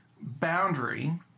boundary